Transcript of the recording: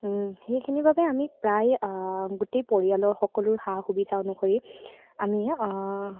সেইখিনিৰ বাবে আমি প্ৰায় গোটেই পৰিয়ালৰ সকলো সা সুবিধা অনুসৰি আমি